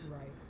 Right